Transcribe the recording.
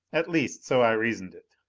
at least, so i reasoned it.